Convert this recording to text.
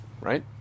right